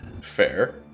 Fair